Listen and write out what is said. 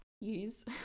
Use